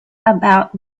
about